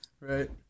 Right